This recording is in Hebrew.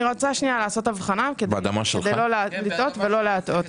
אני רוצה לעשות הבחנה כדי לא לטעות ולא להטעות.